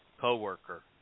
co-worker